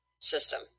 system